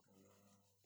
orh